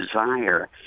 desire